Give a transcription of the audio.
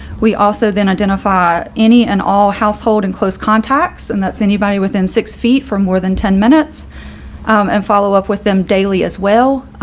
we also then identify any and all household and close contacts and that's anybody within six feet for more than ten minutes and follow up with them daily as well,